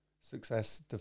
success